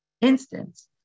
instance